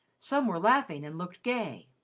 some were laughing and looked gay,